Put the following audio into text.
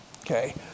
okay